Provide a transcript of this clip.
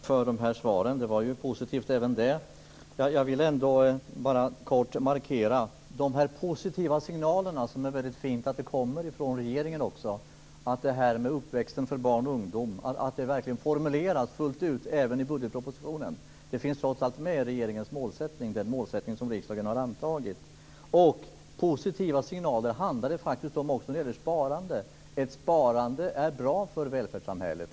Fru talman! Jag tackar för de svaren. Även de var positiva. Jag vill ändå bara kort markera att de positiva signaler om en bra uppväxt för barn och ungdom som det är bra att vi får också från regeringen verkligen bör formuleras fullt ut även i budgetpropositionen. De finns trots allt med i regeringens målsättning, som riksdagen har antagit. Det handlar faktiskt också om positiva signaler när det gäller sparandet. Ett sparande är bra för välfärdssamhället.